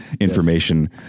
information